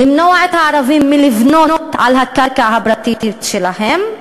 למנוע מהערבים לבנות על הקרקע הפרטית שלהם,